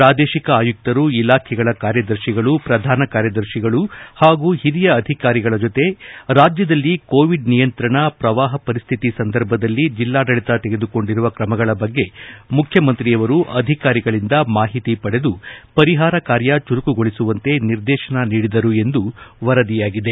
ಪ್ರಾದೇಶಿಕ ಆಯುಕ್ತರು ಇಲಾಖೆಗಳ ಕಾರ್ಯದರ್ಶಿಗಳು ಪ್ರಧಾನ ಕಾರ್ಯದರ್ಶಿಗಳು ಹಾಗೂ ಹಿರಿಯ ಅಧಿಕಾರಿಗಳ ಜೊತೆ ರಾಜ್ಯದಲ್ಲಿ ಕೋವಿಡ್ ನಿಯಂತ್ರಣ ಪ್ರವಾಹ ಪರಿಸ್ದಿತಿ ಸಂದರ್ಭದಲ್ಲಿ ಜಿಲ್ಲಾಡಳಿತ ತೆಗೆದುಕೊಂಡಿರುವ ಕ್ರಮಗಳ ಬಗ್ಗೆ ಮುಖ್ಯಮಂತ್ರಿಯವರು ಅಧಿಕಾರಿಗಳಿಂದ ಮಾಹಿತಿ ಪಡೆದು ಪರಿಹಾರ ಕಾರ್ಯ ಚುರುಕುಗೊಳಿಸುವಂತೆ ನಿರ್ದೇಶನ ನೀಡಿದರು ಎಂದು ವರದಿಯಾಗಿದೆ